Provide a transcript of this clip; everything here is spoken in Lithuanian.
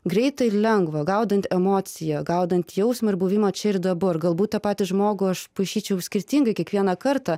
greitą ir lengvą gaudant emociją gaudant jausmą ir buvimą čia ir dabar galbūt tą patį žmogų aš prašyčiau skirtingai kiekvieną kartą